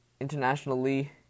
Internationally